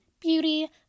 beauty